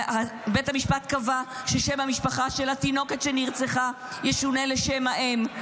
בית המשפט קבע ששם המשפחה של התינוקת שנרצחה ישונה לשם האם,